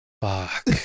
Fuck